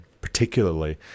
particularly